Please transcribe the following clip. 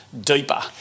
deeper